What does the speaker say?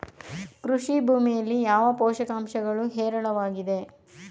ಕೃಷಿ ಭೂಮಿಯಲ್ಲಿ ಯಾವ ಪೋಷಕಾಂಶಗಳು ಹೇರಳವಾಗಿವೆ?